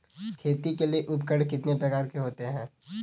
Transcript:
खेती के लिए उपकरण कितने प्रकार के होते हैं?